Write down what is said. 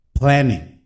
planning